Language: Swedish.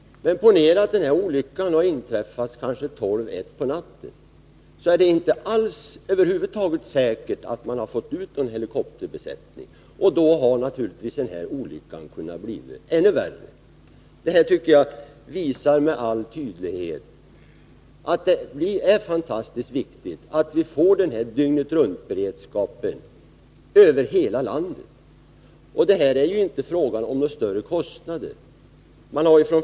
Men ponera att olyckan inträffat vid tolv-, ett-tiden på natten! Det är inte säkert att man i så fall över huvud taget hade fått ut någon helikopterbesättning. Då hade naturligtvis olyckan kunnat få ännu värre följder. Detta visar, tycker jag, med all tydlighet att det är fantastiskt viktigt att vi får en dygnetruntberedskap över hela landet: Det är här inte fråga om några större kostnader.